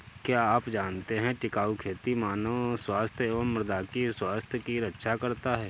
क्या आप जानते है टिकाऊ खेती मानव स्वास्थ्य एवं मृदा की स्वास्थ्य की रक्षा करता हैं?